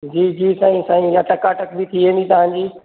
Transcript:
जी जी साईं साईं इहा टकाटक बि थी वेंदी तव्हांजी